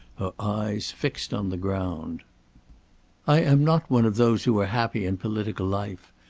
eyes fixed on the ground i am not one of those who are happy in political life.